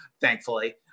thankfully